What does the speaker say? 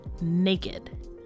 naked